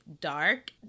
dark